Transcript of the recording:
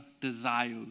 desires